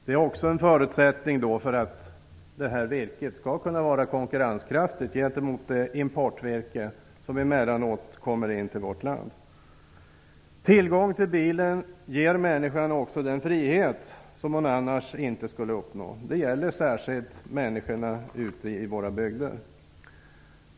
Det är också en förutsättning för att virket skall kunna vara konkurrenskraftigt gentemot det importvirke som emellanåt kommer in i vårt land. Tillgång till bil ger också människan den frihet som hon annars inte skulle uppnå. Detta gäller särskilt människorna ute i våra bygder.